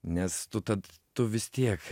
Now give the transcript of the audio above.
nes tu tad tu vis tiek